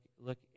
look